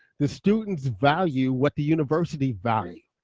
the students value what the university value.